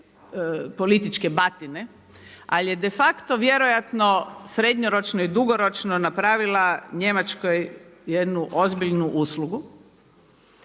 političke batine, ali je de facto vjerojatno srednjoročno i dugoročno napravila Njemačkoj jednu ozbiljnu uslugu,